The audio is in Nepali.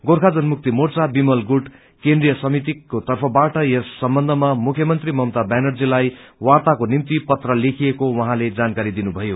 गोर्खा जनमुक्ति मोर्चा विमल गुट केन्द्रिय समितिको तर्फबाट यस सम्बन्धमा मुख्यमंत्री ममता व्यानर्जीलाई वार्ताको निम्ति पत्र लेखिएको उहाँले जानकारी दिनुभयो